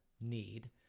need